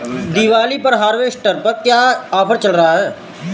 दीपावली पर हार्वेस्टर पर क्या ऑफर चल रहा है?